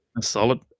Solid